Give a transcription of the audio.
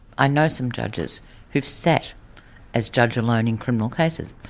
i know some judges who've sat as judge alone in criminal cases.